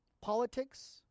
politics